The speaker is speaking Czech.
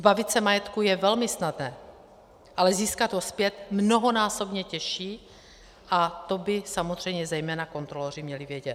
Zbavit se majetku je velmi snadné, ale získat ho zpět mnohonásobně těžší a to by samozřejmě zejména kontroloři měli vědět.